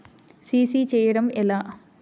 CC చేయడము ఎలా?